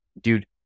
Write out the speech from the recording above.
dude